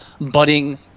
budding